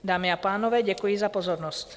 Dámy a pánové, děkuji za pozornost.